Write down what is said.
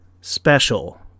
special